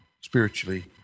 spiritually